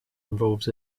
involves